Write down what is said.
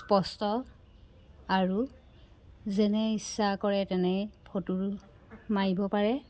স্পষ্ট আৰু যেনে ইচ্ছা কৰে তেনে ফটো মাৰিব পাৰে